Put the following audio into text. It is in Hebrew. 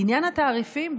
לעניין התעריפים,